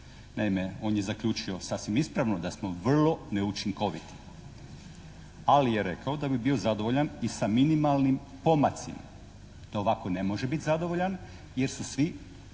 Naime, on je zaključio sasvim ispravno da smo vrlo neučinkoviti, ali je rekao da bi bio zadovoljan i sa minimalnim pomacima. To ovako ne može biti zadovoljan jer su svi